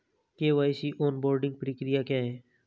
KYC onboarding प्रक्रिया क्या है?